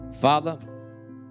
Father